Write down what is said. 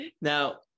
Now